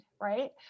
right